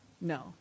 No